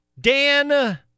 Dan